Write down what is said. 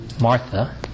Martha